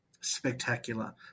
Spectacular